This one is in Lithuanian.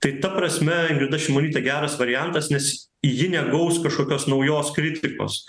tai ta prasme ingrida šimonytė geras variantas nes ji negaus kažkokios naujos kritikos